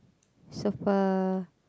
super